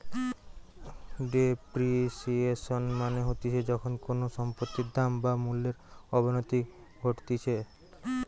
depreciation মানে হতিছে যখন কোনো সম্পত্তির দাম বা মূল্যর অবনতি ঘটতিছে